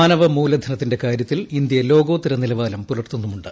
മാനവ മൂലധനത്തിന്റെ ക്ടാര്യത്തിൽ ഇന്ത്യ ലോകോത്തര നിലവാരം പുലർത്തുന്നുമുണ്ട്